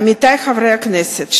עמיתי חברי הכנסת,